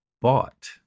bought